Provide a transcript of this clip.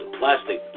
plastic